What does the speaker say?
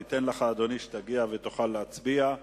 נאפשר לך, אדוני, שתגיע ותוכל להצביע.